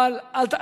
חבל.